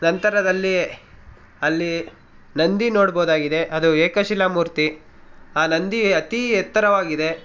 ನಂತರದಲ್ಲಿ ಅಲ್ಲಿ ನಂದಿ ನೋಡ್ಬೋದಾಗಿದೆ ಅದು ಏಕಶಿಲಾ ಮೂರ್ತಿ ಆ ನಂದಿ ಅತೀ ಎತ್ತರವಾಗಿದೆ